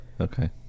Okay